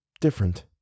different